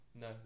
No